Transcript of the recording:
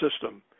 system